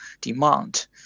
demand